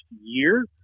year